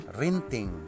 renting